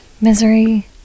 Misery